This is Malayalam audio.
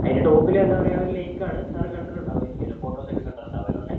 അതിൻ്റെ ടോപ്പിൽ എന്താപറയാ ഒരു ലേക്കാണ് സർ കണ്ടിട്ടുണ്ടാവുമായിരിക്കുമല്ലോ ഫോട്ടോസ് ഒക്കെ കണ്ടിട്ടുണ്ടാവുമല്ലോ അല്ലേ